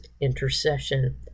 intercession